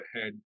ahead